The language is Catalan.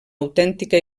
autèntica